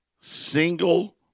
single